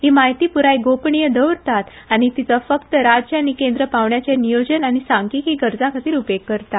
ही म्हायती पुराय गोपनीय दवरतात आनी तीचो फकत राज्य आनी केंद्र पावंड्याचेर नियोजन आनी सांख्यीकी गरजांखातीर उपेग करतात